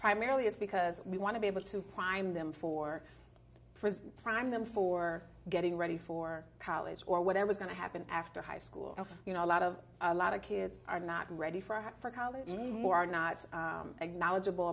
primarily it's because we want to be able to prime them for prime them for getting ready for college or whatever is going to happen after high school you know a lot of a lot of kids are not ready for for college anymore are not knowledgeable